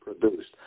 produced